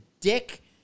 dick